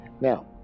Now